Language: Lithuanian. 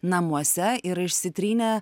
namuose ir išsitrynė